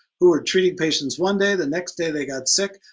who are treating patients one day the next day they got sick.